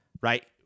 Right